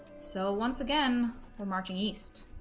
so once again we're marching east